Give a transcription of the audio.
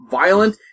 violent